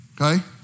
Okay